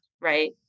Right